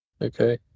Okay